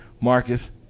Marcus